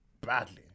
Badly